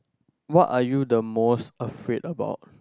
what are you the most afraid about